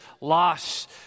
loss